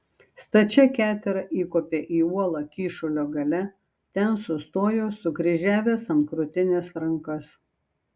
stačia ketera įkopė į uolą kyšulio gale ten sustojo sukryžiavęs ant krūtinės rankas